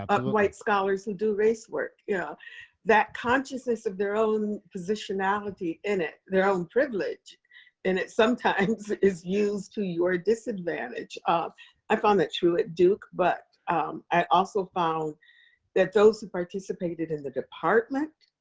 ah white scholars who do race work, yeah that consciousness of their own positionality in it, their own privilege in it sometimes is used to your disadvantage. i found that true at duke, but i also found that those who participated in the department,